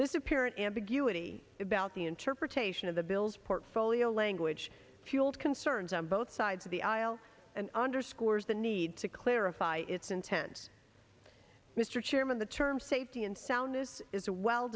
this apparent ambiguity about the interpretation of the bill's portfolio language fueled concerns on both sides of the aisle and underscores the need to clarify its intent mr chairman the term safety and soundness is a well